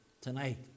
tonight